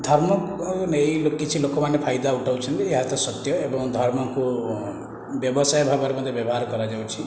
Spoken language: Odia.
ଧର୍ମକୁ ନେଇ କିଛି ଲୋକମାନେ ଫାଇଦା ଉଠାଉଛନ୍ତି ଏହାତ ସତ୍ୟ ଏବଂ ଧର୍ମକୁ ବ୍ୟବସାୟ ଭାବରେ ମଧ୍ୟ ବ୍ୟବହାର କରାଯାଉଛି